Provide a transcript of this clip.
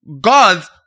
gods